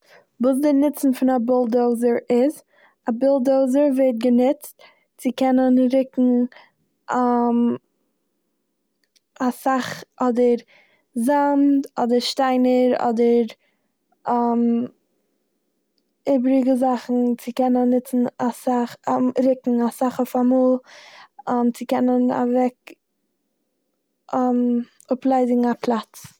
וואס די נוצן פון א באלדאזער איז. א בילדאזער ווערט גענוצט צו קענען ריקן אסאך אדער זאמד אדער שטיינער אדער איבריגע זאכן צו קענען נוצן אסאך- רוקן אסאך אויף א מאל צו קענען אוועק- אפליידיגן א פלאץ.